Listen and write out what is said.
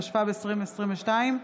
התשפ"ב 2022,